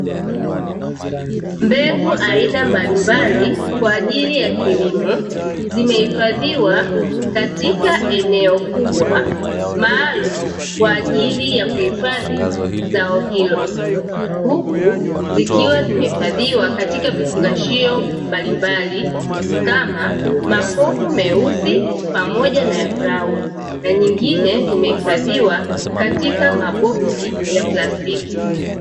Mbegu aina mbalimbali kwaajili ya kilimo zimehifadhiwa katika eneo kubwa maalumu kwaajili ya kuhifadhi zao hilo, huku zikiwa zimehifadhiwa katika vifungashio mbalimbali kama makopo meusi, pamoja na ya brauni na nyengine zimehifadhiwa katika maboksi ya plastiki.